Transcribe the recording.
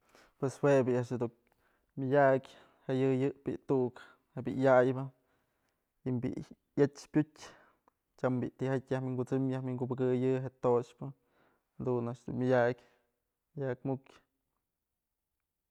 Pues jue b'i a'ax dun myëdak jeyëyëp bi'i tu'uk je'e bi'i yaypë, jimbi'i yëch pyutë, tyam bi'i tijatyë yaj winkusëm yaj winkubëyi je'e toxpë jadun a'ax dun myëdyak, myëdyak mukyë.